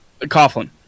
Coughlin